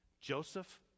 Joseph